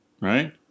right